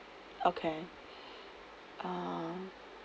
okay uh